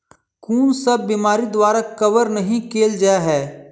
कुन सब बीमारि द्वारा कवर नहि केल जाय है?